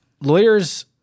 lawyers